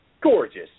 gorgeous